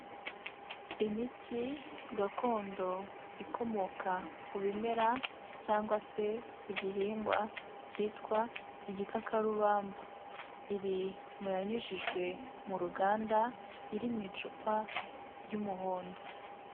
Imiti gakondo ikomoka ku bimera cyangwa se ku gihingwa cyitwa igikakarubamba, iri mu yanyujijwe mu ruganda iri mu icupa ry'umuhondo.